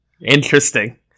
Interesting